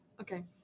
Okay